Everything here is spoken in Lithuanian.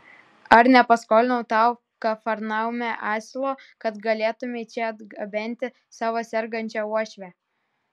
ar nepaskolinau tau kafarnaume asilo kad galėtumei čia atgabenti savo sergančią uošvę